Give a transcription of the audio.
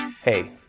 Hey